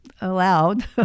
allowed